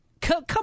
come